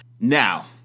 Now